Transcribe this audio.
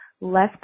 less